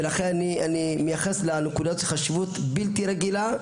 ולכן אני מייחס לנקודות האלו חשיבות בלתי רגילה.